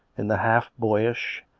in the half-boyish,